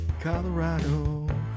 Colorado